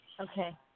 Okay